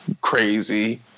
Crazy